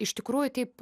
iš tikrųjų taip